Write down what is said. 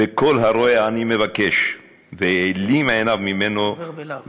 וכל הרואה עני מבקש והעלים עיניו ממנו, עובר בלאו.